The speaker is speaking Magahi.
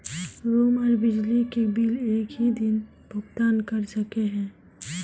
रूम आर बिजली के बिल एक हि दिन भुगतान कर सके है?